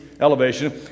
elevation